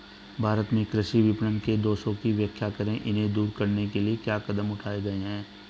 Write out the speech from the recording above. भारत में कृषि विपणन के दोषों की व्याख्या करें इन्हें दूर करने के लिए क्या कदम उठाए गए हैं?